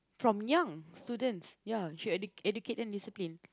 from young students ya should ed~ educate them discipline